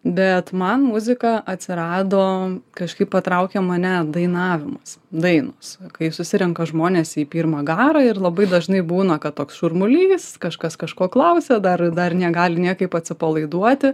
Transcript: bet man muzika atsirado kažkaip patraukė mane dainavimas dainos kai susirenka žmonės į pirmą garą ir labai dažnai būna kad toks šurmulys kažkas kažko klausia dar dar negali niekaip atsipalaiduoti